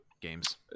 games